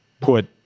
put